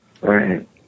right